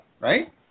Right